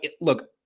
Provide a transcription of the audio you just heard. look